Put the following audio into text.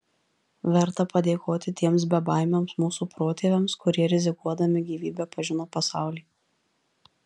verta padėkoti tiems bebaimiams mūsų protėviams kurie rizikuodami gyvybe pažino pasaulį